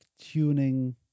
tuning